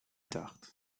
dacht